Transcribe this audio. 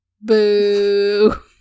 boo